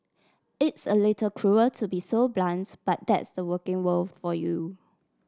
it's a little cruel to be so blunts but that's the working world for you